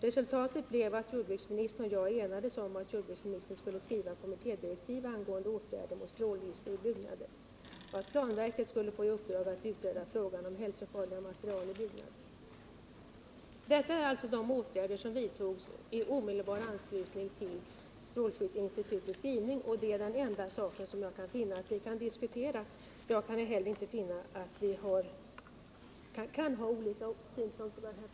Resultatet blev att jordbruksministern och jag enades om att jordbruksministern skulle skriva kommittédirektiv angående åtgärder mot strålrisker i byggnader och att planverket skulle få i uppdrag att utreda frågan om hälsofarliga material i byggna Nr 131 der.” Onsdagen den Detta är alltså de åtgärder som vidtogs i omedelbar anslutning till 25 april 1979 strålskyddsinstitutets skrivning, och det är den enda sak som jag finner att vi kan diskutera. Inte heller kan jag finna att vi kan ha olika synpunkter i den här protokollet få antecknat att hon inte ägde rätt till ytterligare replik.